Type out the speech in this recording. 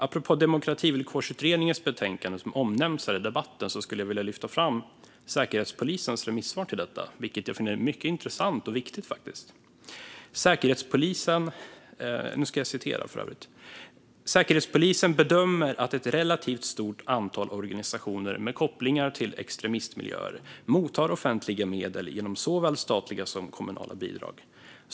Apropå Demokrativillkorsutredningens betänkande som nämnts här i debatten skulle jag vilja citera ur Säkerhetspolisens remissvar på detta, som jag finner mycket intressant och viktigt: "Säkerhetspolisen bedömer att ett relativt stort antal organisationer med kopplingar till extremistmiljöer mottar offentliga medel genom såväl statliga som kommunala bidrag.